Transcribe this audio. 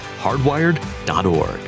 hardwired.org